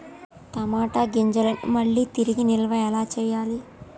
టమాట గింజలను మళ్ళీ తిరిగి నిల్వ ఎలా చేయాలి?